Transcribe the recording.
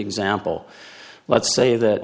example let's say that